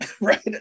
Right